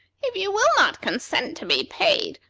if you will not consent to be paid,